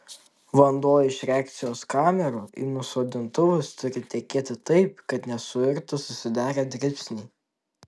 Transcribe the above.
vanduo iš reakcijos kamerų į nusodintuvus turi tekėti taip kad nesuirtų susidarę dribsniai